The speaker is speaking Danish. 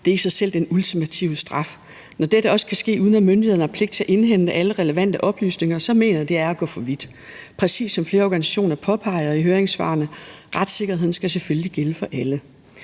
Det er i sig selv den ultimative straf; når dette også kan ske, uden at myndighederne har pligt til at indhente alle relevante oplysninger, mener jeg, det er at gå for vidt. Præcis som flere organisationer påpeger i høringssvarene, skal retssikkerheden selvfølgelig gælde for alle.